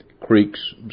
Creeks